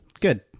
Good